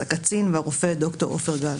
הקצין והרופא ד"ר עופר גל.